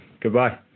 Goodbye